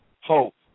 hope